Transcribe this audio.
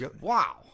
wow